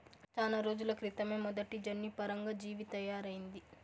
చానా రోజుల క్రితమే మొదటి జన్యుపరంగా జీవి తయారయింది